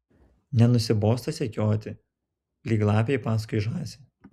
nenusibosta sekioti lyg lapei paskui žąsį